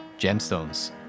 gemstones